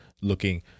Looking